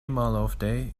malofte